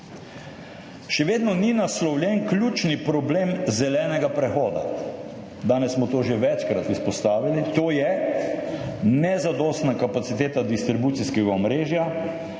Še vedno ni naslovljen ključni problem zelenega prehoda, danes smo to že večkrat izpostavili, to je nezadostna kapaciteta distribucijskega omrežja.